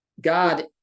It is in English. God